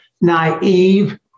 naive